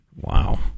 Wow